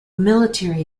military